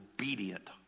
obedient